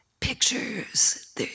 pictures